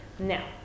Now